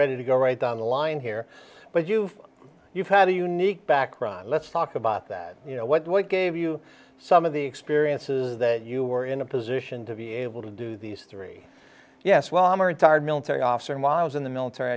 ready to go right down the line here but you've you've had a unique background let's talk about that you know what gave you some of the experiences that you were in a position to be able to do these three yes well i'm a retired military officer miles in the military